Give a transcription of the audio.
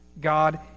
God